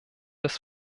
des